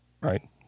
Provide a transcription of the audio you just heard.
right